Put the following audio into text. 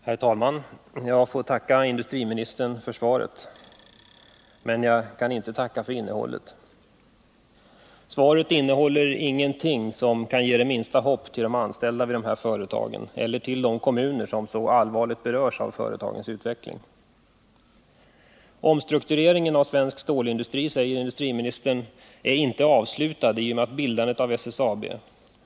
Herr talman! Jag tackar industriministern för svaret, men jag kan inte tacka för innehållet. Svaret innehåller nämligen ingenting som kan ge det minsta hopp till de anställda vid de här företagen eller till de kommuner som så allvarligt berörs av företagens utveckling. Industriministern säger i svaret: ”Omstruktureringen av svensk handelsstålsindustri är inte avslutad i och med bildandet av SSAB.